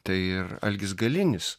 tai ir algis galinis